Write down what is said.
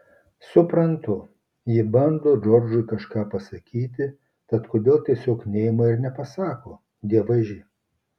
suprantu ji bando džordžui kažką pasakyti tad kodėl tiesiog neima ir nepasako dievaži